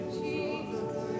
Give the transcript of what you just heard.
Jesus